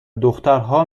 دخترها